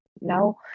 Now